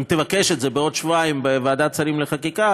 אם תבקש את זה בעוד שבועיים בוועדת שרים לחקיקה,